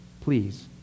Please